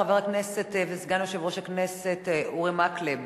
חבר הכנסת וסגן היושב-ראש אורי מקלב,